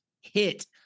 hit